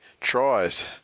tries